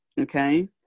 okay